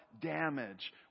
damage